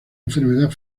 enfermedad